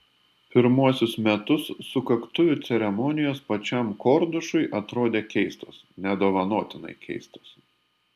pirmuosius metus sukaktuvių ceremonijos pačiam kordušui atrodė keistos nedovanotinai keistos